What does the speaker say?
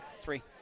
Three